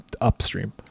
upstream